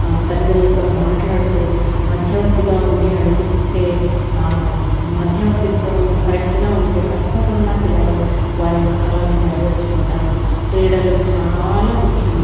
తల్లిదండ్రులతో మాట్లాడుతూ మధ్యవర్తిగా ఉండి నడిపించే మధ్యవర్తిత్వం కరెక్ట్గా ఉంటే తప్పకుండా పిల్లలు వారి యొక్క కలలను నెరవేర్చుకుంటారు క్రీడలు చాలా ముఖ్యము